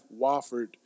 Wofford